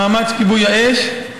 מאמץ כיבוי האש,